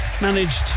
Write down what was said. managed